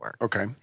Okay